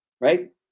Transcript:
right